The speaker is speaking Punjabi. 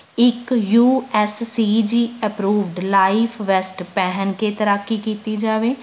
ਇੱਕ U S C G approved life vest ਪਹਿਨ ਕੇ ਤੈਰਾਕੀ ਕੀਤੀ ਜਾਵੇ